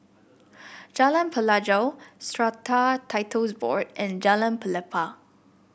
Jalan Pelajau Strata Titles Board and Jalan Pelepah